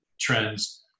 trends